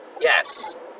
yes